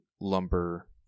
lumber